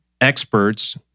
experts